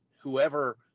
whoever